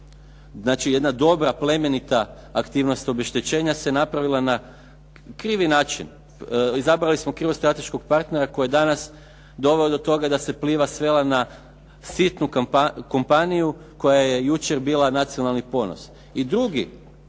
Znači jedna dobra, plemenita aktivnost obeštećenja se napravila na krivi način. Izabrali smo krivog strateškog partnera koji je danas doveo do toga da se Pliva svela na sitnu kompaniju koja je jučer bila nacionalni ponos.